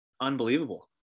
unbelievable